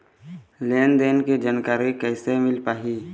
लेन देन के जानकारी कैसे मिल पाही?